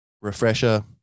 refresher